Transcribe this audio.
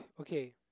Okay